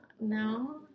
No